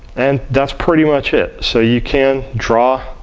and, that's pretty much it. so you can draw,